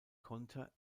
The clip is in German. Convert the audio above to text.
konter